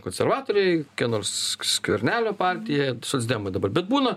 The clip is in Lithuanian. konservatoriai nors skvernelio partija socdemai dabar bet būna